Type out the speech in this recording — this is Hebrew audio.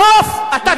בסוף אתה תצא בחוץ.